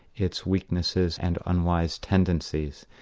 its weaknesses and unwise tendencies.